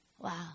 wow